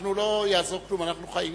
לא יעזור כלום, אנחנו חיים יחד.